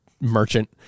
merchant